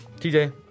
TJ